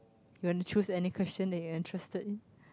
you wanna choose any question that you are interested